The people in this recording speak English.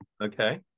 Okay